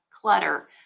clutter